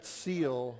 seal